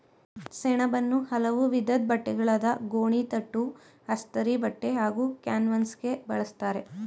ಸೆಣಬನ್ನು ಹಲವು ವಿಧದ್ ಬಟ್ಟೆಗಳಾದ ಗೋಣಿತಟ್ಟು ಅಸ್ತರಿಬಟ್ಟೆ ಹಾಗೂ ಕ್ಯಾನ್ವಾಸ್ಗೆ ಬಳುಸ್ತರೆ